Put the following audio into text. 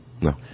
No